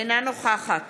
אינה נוכחת